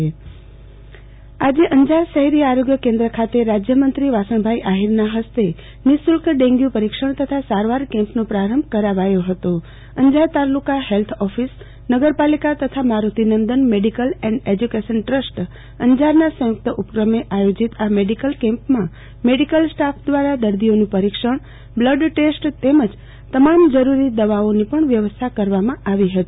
આરતીબેન ભદ્દ ડેંગ્યુ દર્દીની સારવાર અંજાર આજે અંજારના શહેરી આરોગ્ય કેન્દ્ર ખાતે રાજયમંત્રી શ્રી વાસણભાઈ આહિરના ફસ્તે નિઃશુલ્ક ડેંગ્યુ પરીક્ષણ તથા સારવાર કેમ્પનો પ્રારંભ કરાવાયો હતો અંજાર તાલુકા હેલ્થ ઓફિસ નગરપાલિકા તથા Marutinandan medical and education trust અંજારના સંયુકત ઉપક્રમે આયોજિત આ મેડીકલ કેમ્પમાં મેડીકલ સ્ટાફ દ્વારા દર્દીઓનું પરિક્ષણ બ્લડટેસ્ટ તેમજ તમામ જરૂરી દવાઓની પણ વ્યવસ્થા કર વા માં આવી હતી